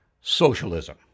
socialism